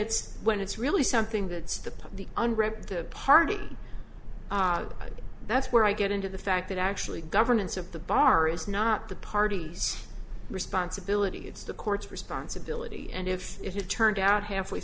it's when it's really something that's the the unrep the party that's where i get into the fact that actually governance at the bar is not the party's responsibility it's the court's responsibility and if if you turned out halfway